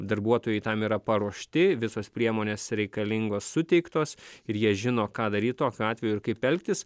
darbuotojai tam yra paruošti visos priemonės reikalingos suteiktos ir jie žino ką daryt tokiu atveju ir kaip elgtis